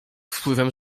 wpływem